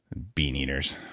bean eaters,